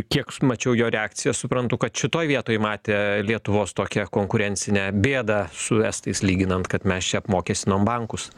kiek s mačiau jo reakciją suprantu kad šitoj vietoj matė lietuvos tokią konkurencinę bėdą su estais lyginant kad mes čia apmokestinom bankus